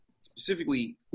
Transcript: specifically